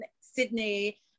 Sydney